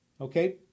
Okay